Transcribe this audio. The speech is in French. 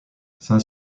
saint